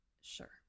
sure